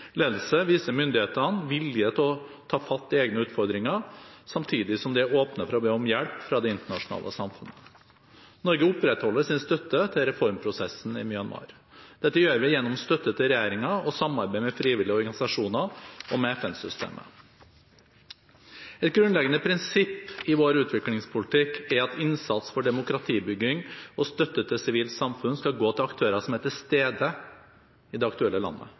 ledelse viser myndighetene vilje til å gripe fatt i egne utfordringer, samtidig som de er åpne for å be om hjelp fra det internasjonale samfunnet. Norge opprettholder sin støtte til reformprosessen i Myanmar. Dette gjør vi gjennom støtte til regjeringen og samarbeid med frivillige organisasjoner og med FN-systemet. Et grunnleggende prinsipp i vår utviklingspolitikk er at innsats for demokratibygging og støtte til sivilt samfunn skal gå til aktører som er til stede i det aktuelle landet,